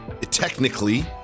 Technically